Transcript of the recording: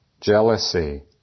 jealousy